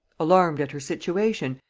alarmed at her situation,